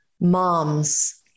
mom's